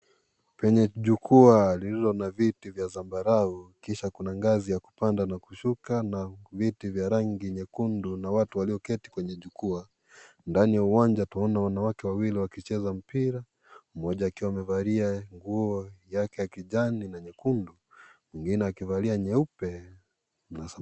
Penye jukwa lililo na viti za zambarau na kisha kuna ngazi ya kupanda na kushuka na viti vya rangi nyekundu, na watu walioketi kwenye jukwaa. Ndani ya uwanja tunaona wanawake wawili wakicheza mpira; mmoja akiwa amevalia nguo yake ya kijani na nyekundu, mwingine akivalia nyeupe.